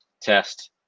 test